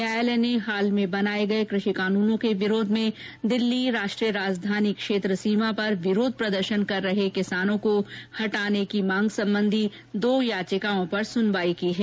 न्यायालय ने हाल में बनाये गये कृषि कानूनों के विरोध में दिल्ली राष्ट्रीय राजधानी क्षेत्र सीमा पर विरोध प्रदर्शन कर रहे किसानों को हटाने की मांग संबंधी दो याचिकाओं पर सुनवाई की है